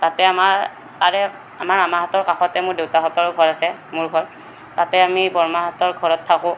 তাতে আমাৰ তাৰে আমাৰ মামাহঁতৰ কাষতে মোৰ দেউতাহঁতৰ ঘৰ আছে মোৰ ঘৰ তাতে আমি বৰমাহঁতৰ ঘৰত থাকোঁ